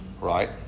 right